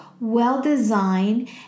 well-designed